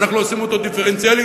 ואנחנו עושים אותו דיפרנציאלי,